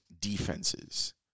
defenses